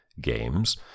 Games